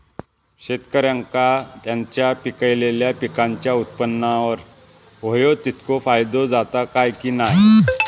शेतकऱ्यांका त्यांचा पिकयलेल्या पीकांच्या उत्पन्नार होयो तितको फायदो जाता काय की नाय?